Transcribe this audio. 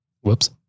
Whoops